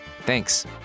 Thanks